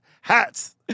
hats